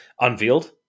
unveiled